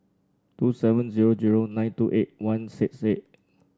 two seven zero zero nine two eight one six eight